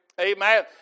Amen